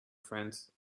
friends